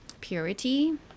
purity